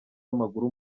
w’amaguru